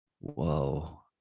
whoa